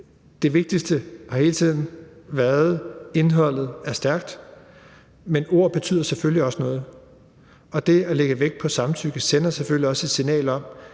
Det vigtigste har hele tiden været, at indholdet er stærkt. Men ord betyder selvfølgelig også noget, og det at lægge vægt på samtykke sender også et signal om,